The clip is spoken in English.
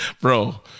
Bro